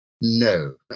no